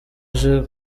aje